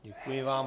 Děkuji vám.